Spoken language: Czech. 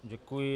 Děkuji.